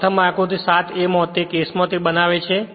પ્રથમ આકૃતિ 7 a માં તે કેસમાં તે બનાવે છે